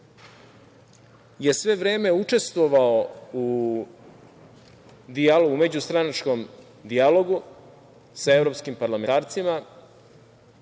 je sve vreme učestvovao u međustranačkom dijalogu sa evropskim parlamentarcima